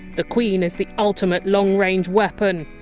the queen is the ultimate long range weapon!